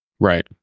Right